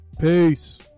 Peace